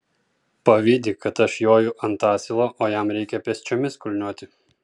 pavydi kad aš joju ant asilo o jam reikia pėsčiomis kulniuoti